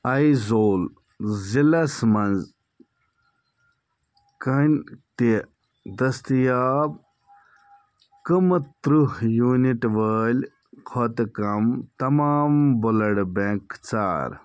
ایزول ضلعس مَنٛز کانٛہہ تہِ دٔستیاب کم تٕرہ یوٗنٹ وٲلۍ کھۄتہٕ کم تمام بلڈ بینک ژھانڈ